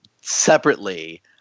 separately